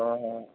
ആ ആ